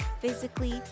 physically